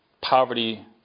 poverty